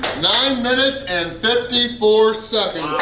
nine minutes and fifty four seconds.